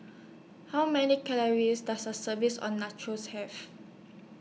How Many Calories Does A serves Or Nachos Have